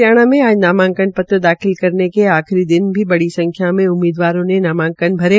हरियाणा में आज नामांकन पत्र दाखिल करने के अखिरी दिन बड़ी संख्या में उम्मीदारों ने नामांकन भरे